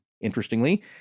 Interestingly